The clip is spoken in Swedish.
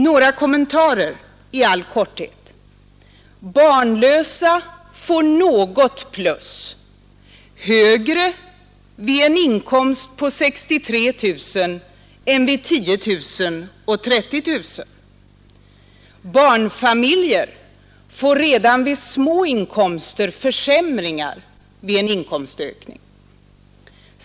Några kommentarer i all korthet: Barnlösa får något plus, högre vid en inkomst på 63 000 än vid 10 000 och 30 000. Barnfamiljer får redan vid små inkomster försämringar vid en inkomstökning.